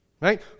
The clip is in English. Right